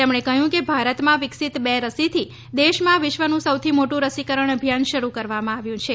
તેમણે કહ્યું કે ભારતમાં વિકસીત બે રસીથી દેશમાં વિશ્વનું સૌથી મોટું રસીકરણ અભિયાન શરૂ કરવામાં આવ્યું છે